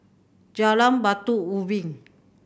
Jalan Batu Ubin